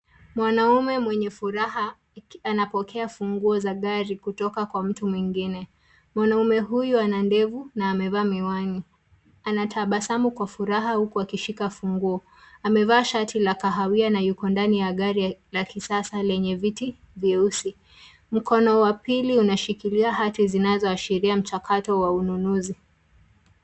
Mwanaume mwenye furaha anapokea funguo za gari kutoka kwa mtu mwingine. Mwanaume huyu ana ndevu na amevaa miwani. Anatabasamu kwa furaha huku akishika funguo. Amevaa shati la kahawia na yuko ndani ya gari la kisasa lenye viti vyeusi. Mkono wa pili unashikilia hati zinazoashiria mchakato wa ununuzi.